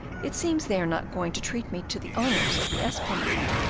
it seems they are not going to treat me to the honours of the esplanade.